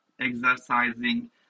exercising